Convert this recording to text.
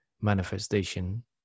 manifestation